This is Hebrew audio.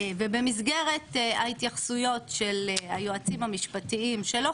במסגרת ההתייחסויות של היועצים המשפטיים שלא